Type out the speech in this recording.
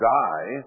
die